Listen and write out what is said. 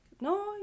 no